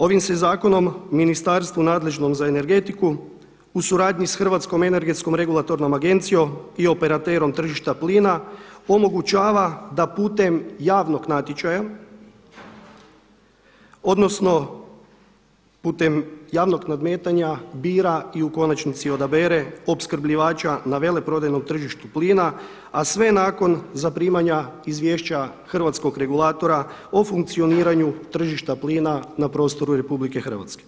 Ovim se zakonom ministarstvu nadležnom za energetiku u suradnji sa Hrvatskom energetskom regulatornom agencijom i operaterom tržišta plina omogućava da putem javnog natječaja, odnosno putem javnog nadmetanja bira i u konačnici odabere opskrbljivača na veleprodajnom tržištu plina, a sve nakon zaprimanja izvješća hrvatskog regulatora o funkcioniranju tržišta plina na prostoru RH.